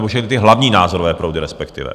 Nebo ty hlavní názorové proudy respektive.